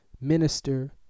minister